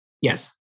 Yes